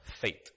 faith